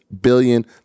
billion